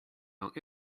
out